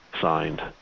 signed